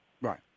Right